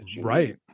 Right